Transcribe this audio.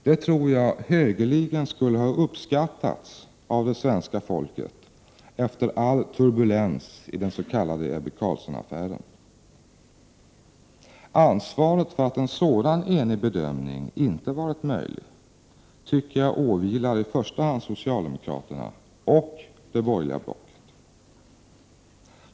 Det tror jag högeligen skulle ha uppskattats av det svenska folket efter all turbulens i den s.k. Ebbe Carlsson-affären. Ansvaret för att en sådan enig bedömning inte varit möjlig åvilar i första hand socialdemokraterna och det borgerliga blocket.